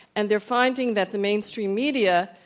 and they're finding that the mainstream media,